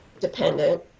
dependent